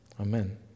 Amen